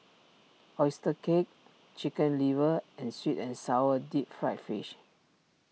Oyster Cake Chicken Liver and Sweet and Sour Deep Fried Fish